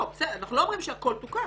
לא, אנחנו לא אומרים שהכול תוקן.